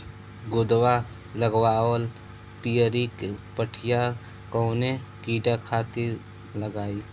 गोदवा लगवाल पियरकि पठिया कवने कीड़ा खातिर लगाई?